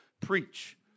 preach